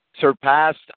surpassed